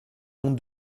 honte